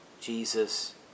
Jesus